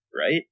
right